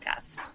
podcast